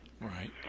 Right